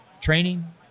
training